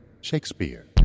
Shakespeare